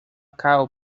cabo